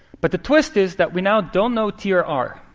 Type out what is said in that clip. but the twist is that we now don't know tier r.